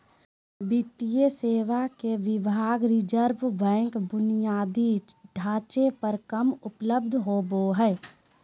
वित्तीय सेवा के विभाग रिज़र्व बैंक बुनियादी ढांचे पर कम उपलब्ध होबो हइ